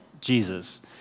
Jesus